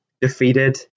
defeated